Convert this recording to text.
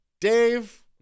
Dave